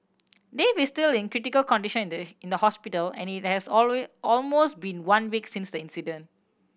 Dave is still in critical condition in the hospital and it has almost been one week since the incident